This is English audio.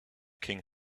king